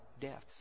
deaths